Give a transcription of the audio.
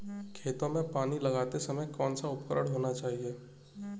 खेतों में पानी लगाते समय कौन सा उपकरण होना चाहिए?